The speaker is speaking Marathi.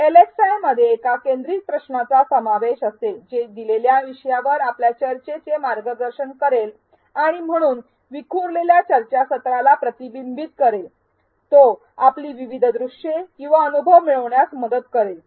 एलएक्सआयमध्ये एका केंद्रित प्रश्नाचा समावेश असेल जे दिलेल्या विषयावर आपल्या चर्चेचे मार्गदर्शन करेल आणि म्हणून विखुरलेल्या चर्चासत्राला प्रतिबंधित करेल तो आपली विविध दृश्ये किंवा अनुभव मिळवण्यात मदत करेल